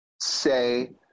say